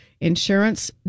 insurance